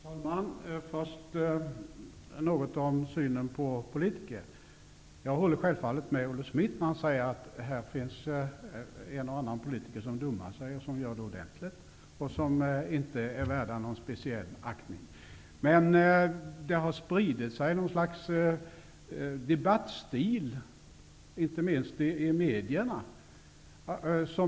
Fru talman! Först något om hur man ser på politiker. Jag håller självfallet med Olle Schmidt när han säger att här finns en och annan politiker som ''dummar sig'', och som dessutom gör det ordentligt, och som inte är värd särskild aktning. Men ett slags debattstil, inte minst i medierna, har spritt sig.